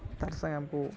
ତାର୍ସାଙ୍ଗେ ଆମ୍କୁ